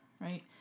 Right